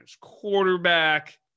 quarterback